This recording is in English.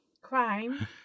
Crime